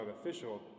official